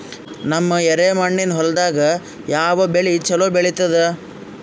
ನಮ್ಮ ಎರೆಮಣ್ಣಿನ ಹೊಲದಾಗ ಯಾವ ಬೆಳಿ ಚಲೋ ಬೆಳಿತದ?